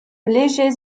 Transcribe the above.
légers